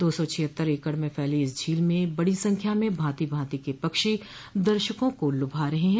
दो सौ छियत्तर एकड़ में फैली इस झील में बड़ी संख्या में भांति भांति के पक्षी दर्शकों को लुभा रहे है